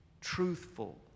TRUTHFUL